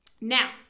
Now